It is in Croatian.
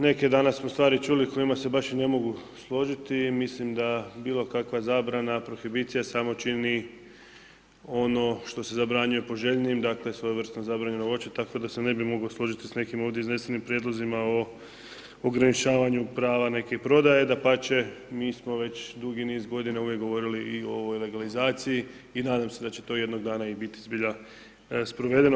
Neke danas smo stvari čuli s kojima se baš i ne mogu složiti i mislim da bilo kakva zabrana prohibicija samo čini ono što se zabranjuje poželjnijim, dakle svojevrsno zabranjeno voće tako da se ne bi mogao složiti s nekim ovdje iznesenim prijedlozima o ograničavanju prava neke prodaje dapače mi smo već dugi niz godina uvijek govorili i o ovoj legalizaciji i nadam se da će to jednog dana i biti zbilja sprovedeno.